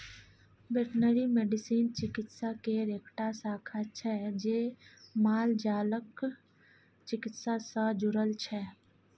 veterinary medicine चिकित्सा केर एकटा शाखा छै जे मालजालक चिकित्सा सँ जुरल छै